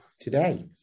today